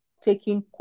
taking